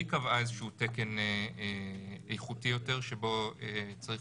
היא קבעה איזשהו תקן איכותי יותר שבו צריך